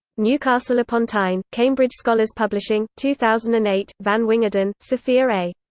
newcastle upon tyne cambridge scholars publishing, two thousand and eight. van wingerden, sophia a.